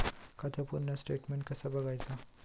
खात्याचा पूर्ण स्टेटमेट कसा बगायचा?